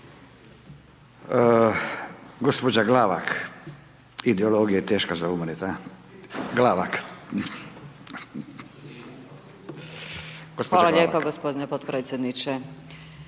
Hvala lijepo poštovani potpredsjedniče.